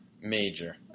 Major